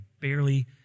barely